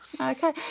Okay